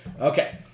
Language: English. Okay